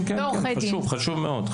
חשוב מאוד.